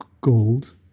gold